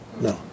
No